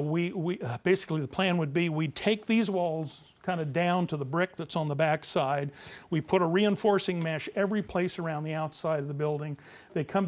we basically the plan would be we'd take these walls kind of down to the brick that's on the back side we put a reinforcing mash everyplace around the outside of the building they come